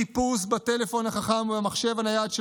חיפוש בטלפון החכם או במחשב הנייד של